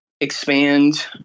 expand